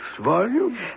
volume